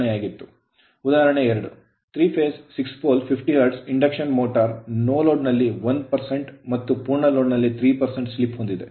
ಉದಾಹರಣೆ 2 3 phase phase 6 pole pole 50 hertz hertz induction motor induction motor no load no load ನಲ್ಲಿ 1 ಮತ್ತು ಪೂರ್ಣ load load ಲ್ಲಿ 3 slip ಸ್ಲಿಪ್ ಹೊಂದಿದೆ